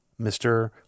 Mr